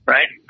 Right